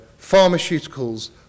pharmaceuticals